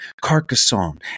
Carcassonne